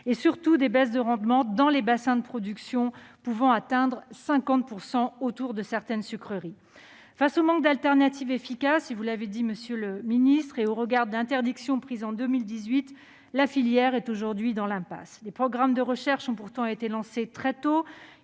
-et, surtout, de baisses de rendement dans les bassins de production pouvant atteindre 50 % autour de certaines sucreries. Face au manque d'alternative efficace et au regard d'interdictions prises en 2018, la filière est aujourd'hui dans l'impasse. Les programmes de recherche ont pourtant été lancés très tôt.